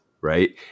right